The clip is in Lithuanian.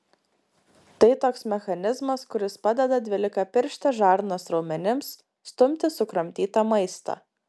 tai toks mechanizmas kuris padeda dvylikapirštės žarnos raumenims stumti sukramtytą maistą